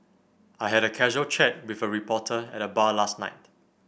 I had a casual chat with a reporter at the bar last night